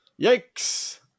yikes